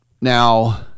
Now